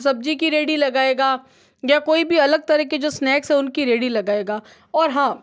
सब्जी की रेडी लगाएगा या कोई भी अलग तरीके जो स्नेक्स है उनकी रेडी लगाएगी और हाँ